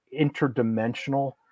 interdimensional